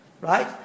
right